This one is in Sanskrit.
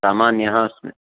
सामान्यः अस्मि